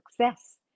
success